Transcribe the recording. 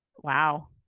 wow